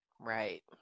Right